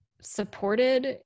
supported